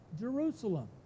Jerusalem